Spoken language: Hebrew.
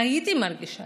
מה הייתי מרגישה?